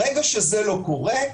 ברגע שזה לא קורה,